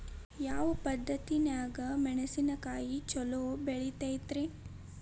ಯಾವ ಪದ್ಧತಿನ್ಯಾಗ ಮೆಣಿಸಿನಕಾಯಿ ಛಲೋ ಬೆಳಿತೈತ್ರೇ?